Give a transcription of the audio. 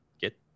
get